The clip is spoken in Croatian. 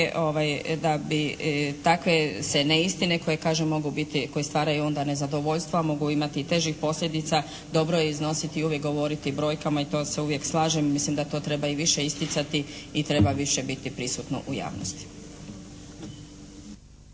kažem mogu biti, koje stvaraju onda nezadovoljstvo a mogu imati i težih posljedica, dobro je iznositi i uvijek govoriti brojkama i to se uvijek slažem. Mislim da to treba i više isticati i treba više biti prisutno u javnosti.